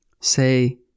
Say